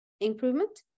improvement